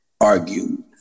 argued